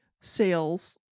sales